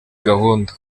gahunda